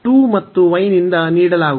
2 ಮತ್ತು y ನಿಂದ ನೀಡಲಾಗುವುದು